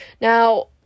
Now